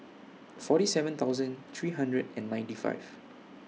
forty seven thousand three hundred and ninety five